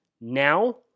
now